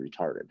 retarded